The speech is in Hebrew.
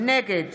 נגד